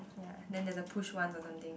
ya then there's a push one or something